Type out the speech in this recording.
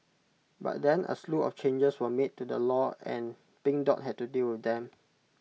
but then A slew of changes were made to the law and pink dot had to deal with them